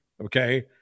Okay